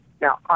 Now